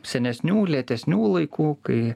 senesnių lėtesnių laikų kai